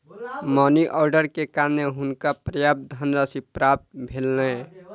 money order के कारणें हुनका पर्याप्त धनराशि प्राप्त भेलैन